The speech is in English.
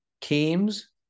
teams